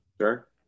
Sure